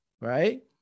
Right